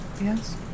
Yes